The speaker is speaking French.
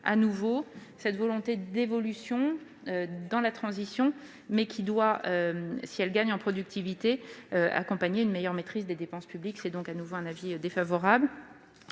il s'agit d'une volonté d'évolution dans la transition, mais qui doit, si elle gagne en productivité, accompagner une meilleure maîtrise des dépenses publiques. L'avis sera donc défavorable.